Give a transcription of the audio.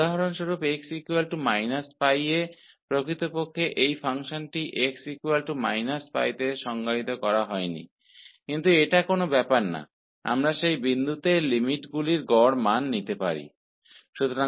उदाहरण के लिए x−π लेते है वास्तव में यह फ़ंक्शन x−π पर परिभाषित नहीं है लेकिन इससे कोई फर्क नहीं पड़ता हम इस बिंदु पर औसत मान ले सकते हैं